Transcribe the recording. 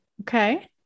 Okay